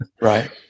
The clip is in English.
Right